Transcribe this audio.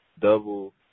double